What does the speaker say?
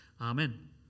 Amen